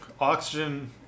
oxygen